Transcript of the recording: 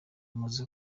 muzi